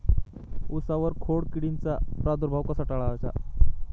उसावर खोडकिडीचा प्रादुर्भाव कसा टाळायचा?